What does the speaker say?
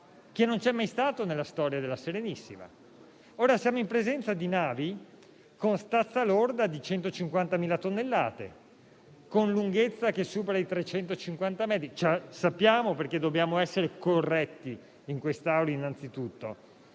che non c'è mai stato nella storia della Serenissima. Ora siamo in presenza di navi con stazza lorda di 150.000 tonnellate, con lunghezza che supera i 350 metri. Sappiamo, perché in quest'Aula dobbiamo essere innanzitutto